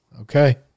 okay